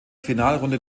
finalrunde